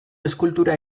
eskultura